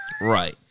Right